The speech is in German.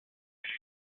regie